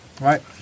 Right